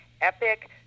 EPIC